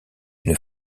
une